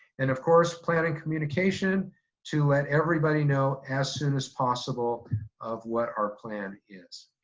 and of course, plan and communication to let everybody know as soon as possible of what our plan is.